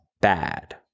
bad